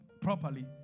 properly